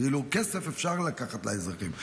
כאילו, כסף אפשר לקחת לאזרחים.